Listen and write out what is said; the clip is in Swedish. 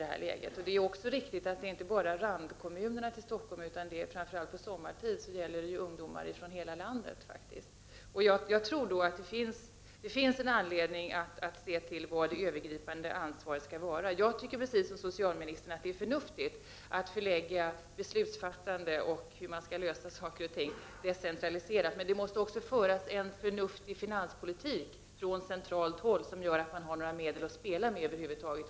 Det är också riktigt att det inte bara gäller ungdomar från randkommunerna till Stockholm utan också ungdomar från hela landet, framför allt sommartid. Det finns anledning att ta upp frågan om var det övergripande ansvaret skall ligga. Jag tycker, precis som socialministern, att det är förnuftigt att decentralisera beslutsfattandet för att lösa problemen, men det måste också föras en förnuftig finanspolitik på centralt håll, så att det finns några medel att spela med över huvud taget.